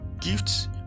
gifts